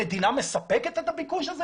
המדינה מספקת את הביקוש הזה?